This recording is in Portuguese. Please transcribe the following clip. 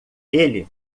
ele